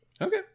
Okay